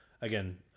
Again